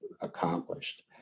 accomplished